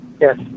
Yes